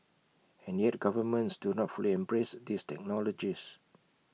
and yet governments do not fully embrace these technologies